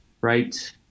right